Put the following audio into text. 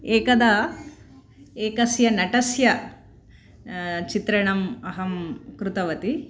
एकदा एकस्य नटस्य चित्रणम् अहं कृतवती